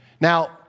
Now